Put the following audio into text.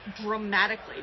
dramatically